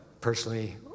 personally